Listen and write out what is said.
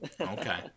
Okay